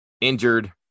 injured